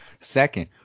Second